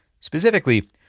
Specifically